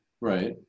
Right